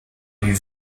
élue